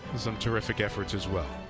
terrific efforts as well.